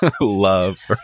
love